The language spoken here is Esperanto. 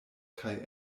kaj